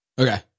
okay